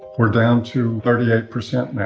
we're down to thirty ah percent now,